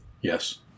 Yes